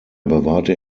bewahrte